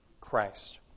Christ